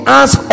ask